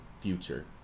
future